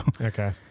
Okay